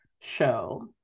show